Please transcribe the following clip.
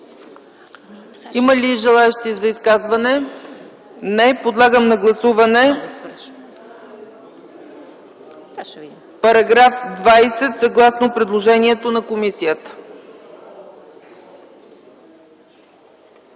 Има ли желаещи за изказване? Не. Подлагам на гласуване § 20, съгласно предложението на комисията.